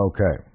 Okay